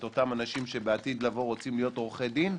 את אותם אנשים שבעתיד לבוא רוצים להיות עורכי דין,